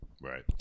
Right